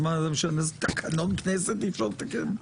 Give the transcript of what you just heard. אז תקנון כנסת אי אפשר לתקן?